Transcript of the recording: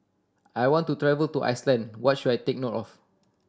I want to travel to Iceland what should I take note of